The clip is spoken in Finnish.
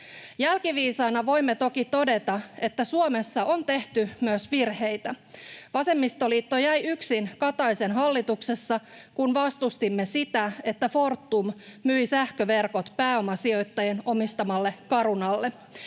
Jälkiviisaina voimme toki todeta, että Suomessa on tehty myös virheitä. Vasemmistoliitto jäi yksin Kataisen hallituksessa, kun vastustimme sitä, että Fortum myi sähköverkot pääomasijoittajien omistamalle Carunalle.